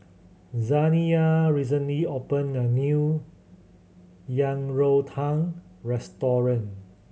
Zaniyah recently opened a new Yang Rou Tang restaurant